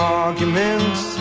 arguments